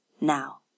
Now